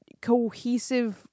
cohesive